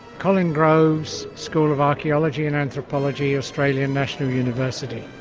colin groves, school of archaeology and anthropology, australian national university.